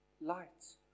lights